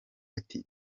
ati